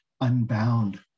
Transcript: unbound